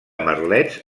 merlets